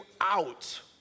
out